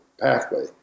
pathway